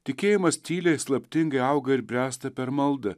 tikėjimas tyliai slaptingai auga ir bręsta per maldą